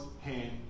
hand